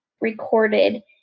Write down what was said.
recorded